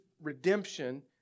redemption